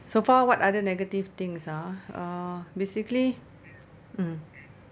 so far what other negative things ah uh basically mm